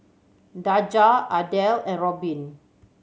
Daja Adel and Robin